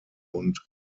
und